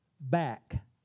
back